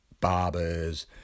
barbers